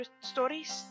stories